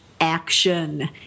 action